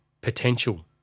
potential